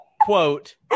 quote